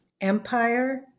empire